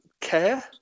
care